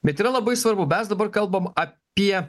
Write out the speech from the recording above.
bet yra labai svarbu mes dabar kalbam apie